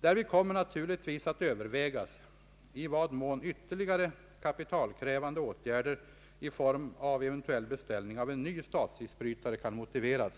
Därvid kommer naturligtvis att övervägas i vad mån ytterligare kapitalkrävande åtgärder i form av eventuell beställning av en ny statsisbrytare kan motiveras.